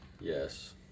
Yes